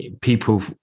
people